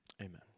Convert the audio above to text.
Amen